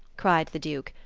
cried the duke,